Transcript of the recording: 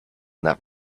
that